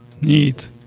Neat